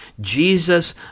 Jesus